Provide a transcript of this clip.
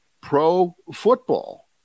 pro-football